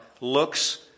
looks